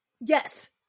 yes